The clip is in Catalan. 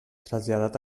traslladat